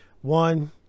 One